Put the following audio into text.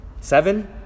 seven